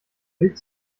wild